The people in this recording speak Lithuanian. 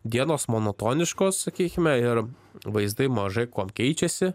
dienos monotoniškos sakykime ir vaizdai mažai kuo keičiasi